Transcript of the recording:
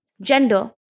gender